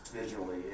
visually